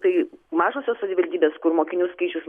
tai mažosios savivaldybės kur mokinių skaičius